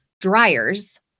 dryers